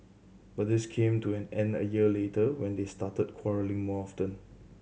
but this came to an end a year later when they started quarrelling more often